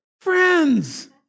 Friends